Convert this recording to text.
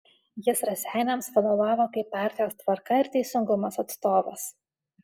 jis raseiniams vadovavo kaip partijos tvarka ir teisingumas atstovas